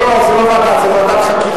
לא, זה לא ועדה, זה ועדת חקירה.